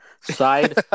Side